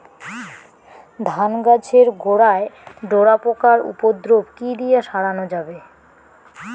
ধান গাছের গোড়ায় ডোরা পোকার উপদ্রব কি দিয়ে সারানো যাবে?